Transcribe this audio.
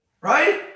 right